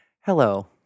Hello